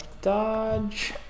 Dodge